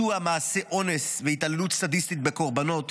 ביצוע מעשי אונס והתעללות סדיסטית בקורבנות,